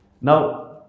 Now